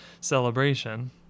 celebration